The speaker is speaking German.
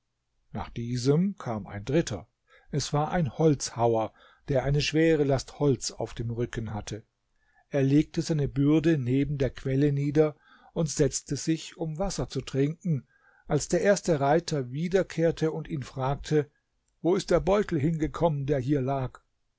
nach diesem kam ein dritter es war ein holzhauer der eine schwere last holz auf dem rücken hatte er legte seine bürde neben der quelle nieder und setzte sich um wasser zu trinken als der erste reiter wiederkehrte und ihn fragte wo ist der beutel hingekommen der hier lag